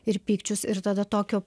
ir pykčius ir tada tokio